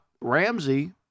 Ramsey